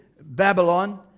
Babylon